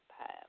path